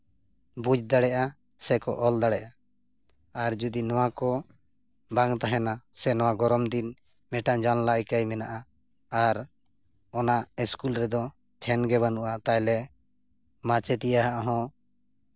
ᱵᱩᱡᱽ ᱫᱟᱲᱮᱭᱟᱜᱼᱟ ᱥᱮᱠᱚ ᱚᱞ ᱫᱟᱲᱮᱭᱟᱜᱼᱟ ᱟᱨ ᱡᱩᱫᱤ ᱱᱚᱣᱟᱠᱚ ᱵᱟᱝ ᱛᱟᱦᱮᱱᱟ ᱥᱮ ᱱᱚᱣᱟ ᱜᱚᱨᱚᱢ ᱫᱤᱱ ᱢᱤᱫᱴᱟᱱ ᱡᱟᱱᱞᱟ ᱮᱠᱟᱭ ᱢᱮᱱᱟᱜᱼᱟ ᱟᱨ ᱚᱱᱟ ᱤᱥᱠᱩᱞ ᱨᱮᱫᱚ ᱯᱷᱮᱱᱜᱮ ᱵᱟᱹᱱᱩᱜᱼᱟ ᱛᱟᱚᱦᱞᱮ ᱢᱟᱪᱮᱫᱤᱭᱟᱹ ᱟᱜ ᱦᱚᱸ